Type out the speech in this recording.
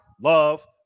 love